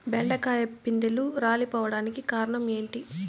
బెండకాయ పిందెలు రాలిపోవడానికి కారణం ఏంటి?